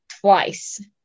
twice